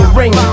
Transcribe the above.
ring